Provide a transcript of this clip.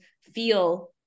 feel